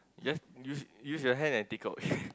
just use use your hand and take out